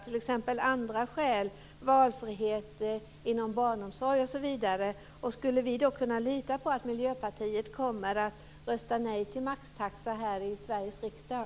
Finns det andra skäl, t.ex. valfrihet inom barnomsorgen osv.? Kan vi lita på att Miljöpartiet kommer att rösta nej till maxtaxa här i Sveriges riksdag?